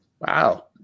wow